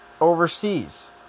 overseas